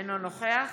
אינו נוכח